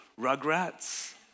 rugrats